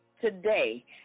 today